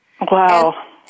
Wow